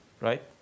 right